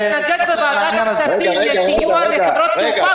אני אתנגד בוועדת הכספים לסיוע לחברות התעופה